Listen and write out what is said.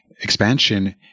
expansion